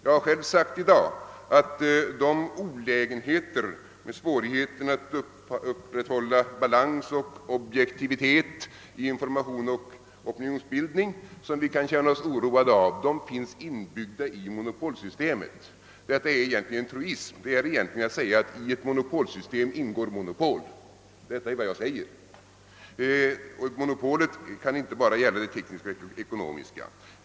Jag har tidigare i dag sagt att de svårigheter att upprätthålla balans och objektivitet i information och opinionsbildning som vi kan känna oss oroade av finns inbyggda i monopolsystemet. Detta är egentligen en truism, det är att säga att i ett monopolsystem ingår monopol. Monopolet kan inte bara gälla de tekniska och ekonomiska frågorna.